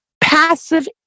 passive